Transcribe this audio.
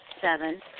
Seven